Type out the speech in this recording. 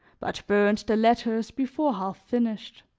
but burned the letters before half finished.